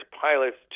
pilots